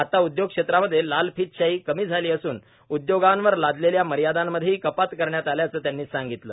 आता उद्योग क्षेत्रांमध्ये लालफीत शाही कमी झाली असून उद्योगांवर लादलेल्या मर्यादांमध्येही कपात करण्यात आल्याचे त्यांनी सांगितल